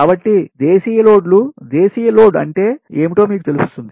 కాబట్టి దేశీయ లోడ్లు దేశీయ లోడ్ అంటే ఏమిటో మీకు తెలుస్తుంది